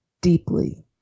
deeply